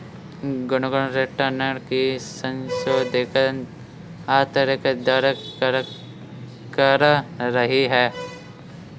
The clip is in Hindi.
गुनगुन रिटर्न की संशोधित आंतरिक दर कर रही है